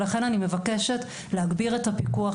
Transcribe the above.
לכן אני מבקשת להגביר את הפיקוח.